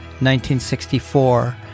1964